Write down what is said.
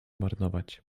marnować